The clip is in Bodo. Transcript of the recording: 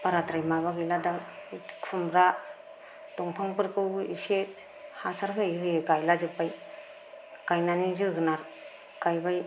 बाराद्राय माबा गैला दा खुमब्रा दंफांफोरखौ एसे हासार होयै होयै गायला जोबबाय गायनानै जोगोनार गायबाय